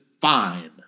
fine